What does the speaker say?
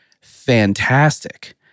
fantastic